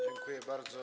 Dziękuję bardzo.